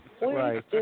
Right